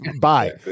Bye